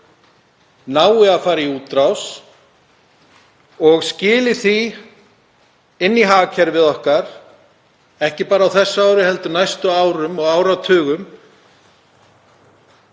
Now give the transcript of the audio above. nái að fara í útrás og skili til baka inn í hagkerfið okkar, ekki bara á þessu ári heldur næstu árum og áratugum,